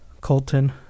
Colton